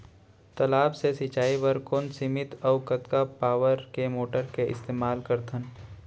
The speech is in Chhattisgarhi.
तालाब से सिंचाई बर कोन सीमित अऊ कतका पावर के मोटर के इस्तेमाल करथन?